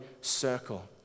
circle